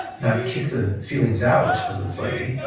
not kick the feelings out of the play,